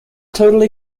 totally